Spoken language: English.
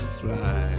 fly